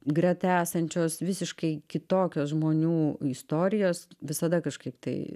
greta esančios visiškai kitokios žmonių istorijos visada kažkaip tai